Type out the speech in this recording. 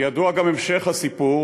כי ידוע גם המשך הסיפור,